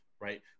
right